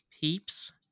Peeps